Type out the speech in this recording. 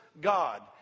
God